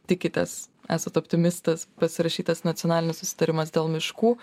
tikitės esat optimistas pasirašytas nacionalinis susitarimas dėl miškų